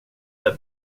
där